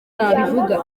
nabivuga